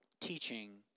teaching